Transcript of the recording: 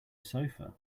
sofa